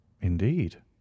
Indeed